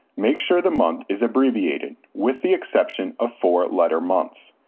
make sure the month is abbreviated with the exception of four-letter months.